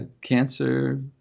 cancer